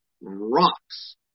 rocks